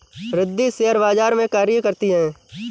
Riddhi share बाजार में कार्य करती है